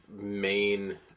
main